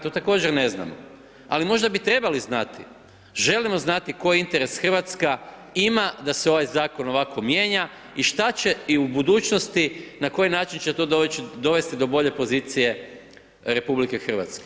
To također ne znamo, ali možda bi trebali znati, želimo znati koji interes RH ima da se ovaj zakon ovako mijenja i šta će i u budućnosti, na koji način će to dovesti do bolje pozicije RH?